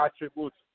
attributes